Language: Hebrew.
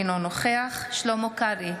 אינו נוכח שלמה קרעי,